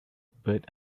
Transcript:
bird